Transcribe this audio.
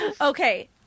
Okay